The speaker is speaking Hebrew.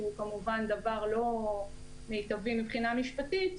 שהוא כמובן דבר לא מיטבי מבחינה משפטית,